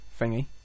thingy